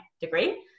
degree